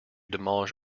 demolish